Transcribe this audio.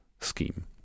scheme